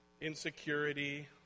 insecurity